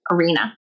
arena